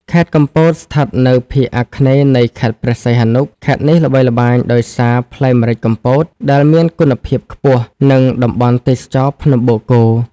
ខេត្តកំពត ស្ថិតនៅភាគអាគ្នេយ៍នៃខេត្តព្រះសីហនុ ខេត្តនេះល្បីល្បាញដោយសារ ផ្លែម្រេចកំពត ដែលមានគុណភាពខ្ពស់ និងតំបន់ទេសចរណ៍ភ្នំបូកគោ។